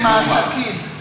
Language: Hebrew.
עם הסכין.